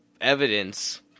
evidence